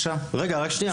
רגע, רק שנייה.